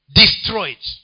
destroyed